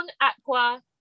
aqua